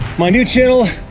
my new channel,